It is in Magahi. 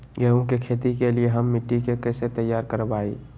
गेंहू की खेती के लिए हम मिट्टी के कैसे तैयार करवाई?